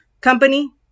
company